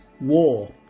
war